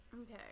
Okay